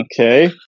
okay